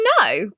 no